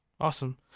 Awesome